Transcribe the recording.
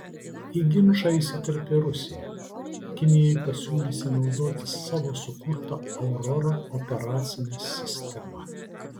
į ginčą įsiterpė rusija kinijai pasiūliusi naudotis savo sukurta aurora operacine sistema